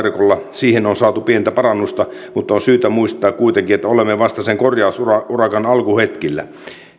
siihen on saatu pientä parannusta mutta on syytä muistaa kuitenkin että olemme vasta sen korjausurakan alkuhetkillä